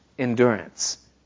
endurance